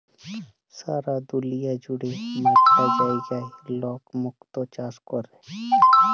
সারা দুলিয়া জুড়ে ম্যালা জায়গায় লক মুক্ত চাষ ক্যরে